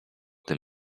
tym